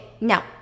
now